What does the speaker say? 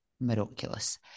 miraculous